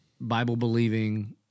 Bible-believing